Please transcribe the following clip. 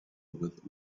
with